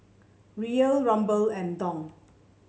Riyal Ruble and Dong